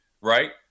right